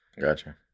Gotcha